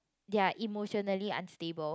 they are emotionally unstable